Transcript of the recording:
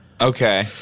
Okay